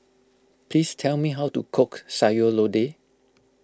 please tell me how to cook Sayur Lodeh